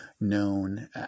known